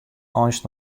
eins